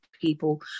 people